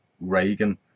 Reagan